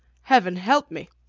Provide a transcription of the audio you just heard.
heaven help me!